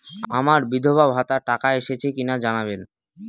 আমার বিধবাভাতার টাকা এসেছে কিনা জানাবেন?